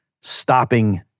stopping